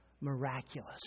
miraculous